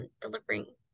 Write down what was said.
delivering